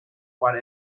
what